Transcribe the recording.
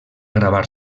gravar